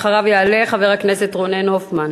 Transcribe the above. אחריו יעלה חבר הכנסת רונן הופמן.